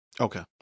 Okay